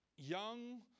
young